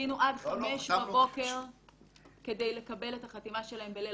חיכינו עד 5:00 בבוקר כדי לקבל את החתימה שלהם בליל